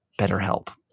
BetterHelp